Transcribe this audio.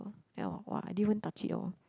ya !wah! I didn't even touch it at all